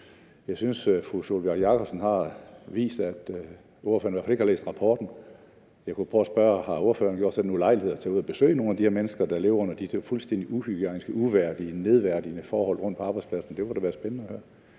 Jeg synes, at fru Sólbjørg Jakobsen har vist, at hun i hvert fald ikke har læst rapporten. Jeg kunne prøve at spørge, om ordføreren har gjort sig nogen ulejlighed at tage ud og besøge nogle af de her mennesker, der lever under de her fuldstændig uhygiejniske, uværdige, nedværdigende forhold på arbejdspladsen? Det kunne da være spændende at høre.